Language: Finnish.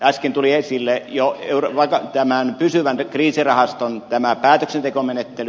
äsken tuli esille jo tämän pysyvän kriisirahaston päätöksentekomenettely